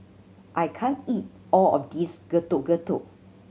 I can't eat all of this Getuk Getuk